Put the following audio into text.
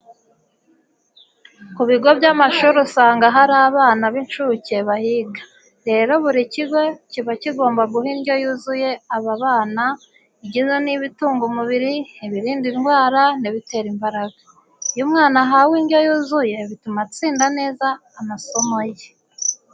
Ku bigo by'amashuri usanga hari abana b'incuke bahiga. Rero, buri kigo kiba kigomba guha indyo yuzuye aba bana, igizwe n'ibitunga umubiri, ibirinda indwara n'ibitera imbaraga. Iyo umwana ahawe indyo yuzuye bituma atsinda neza amasomo ye.